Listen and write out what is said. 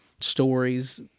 stories